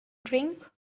drink